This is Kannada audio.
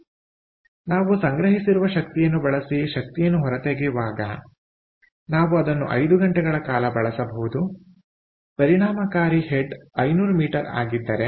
ಆದ್ದರಿಂದ ನಾವು ಸಂಗ್ರಹಿಸಿರುವ ಶಕ್ತಿಯನ್ನು ಬಳಸಿ ಶಕ್ತಿಯನ್ನು ಹೊರತೆಗೆಯುವಾಗ ನಾವು ಅದನ್ನು 5 ಗಂಟೆಗಳ ಕಾಲ ಬಳಸಬಹುದು ಪರಿಣಾಮಕಾರಿ ಹೆಡ್ 500m ಆಗಿದ್ದರೆ